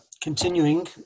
continuing